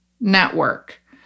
network